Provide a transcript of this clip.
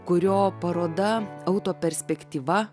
kurio paroda auto perspektyva